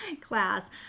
class